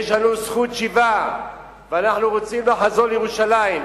יש לנו זכות שיבה ואנחנו רוצים לחזור לירושלים.